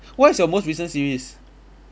what is your most recent series